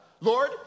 Lord